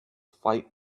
fight